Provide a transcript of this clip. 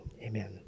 amen